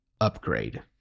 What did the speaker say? upgrade